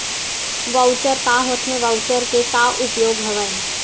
Voucher का होथे voucher के का उपयोग हवय?